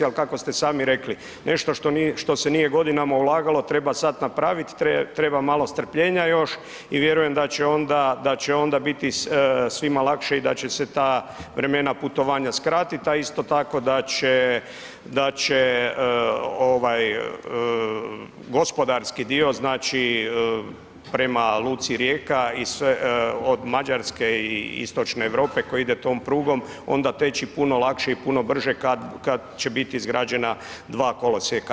Ali kako ste sami rekli, nešto što se nije godinama ulagalo, treba sad napraviti, treba malo strpljenja još i vjerujem da će onda, da će onda biti svima lakše i da će se ta vremena putovanja skratiti a isto tako da će gospodarski dio, znači prema luci Rijeka od Mađarske i istočne Europe koji ide tom prugom onda teći puno lakše i puno brže kada će biti izgrađena dva kolosijeka.